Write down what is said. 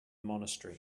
monastery